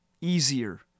easier